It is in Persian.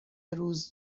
روز